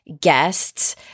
guests